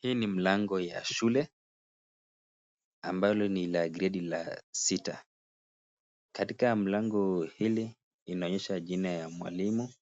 Hii ni mlango ya shule, ambalo ni la gredi la sita. Katika mlango hili, inaonyesha jina ya mwalimu,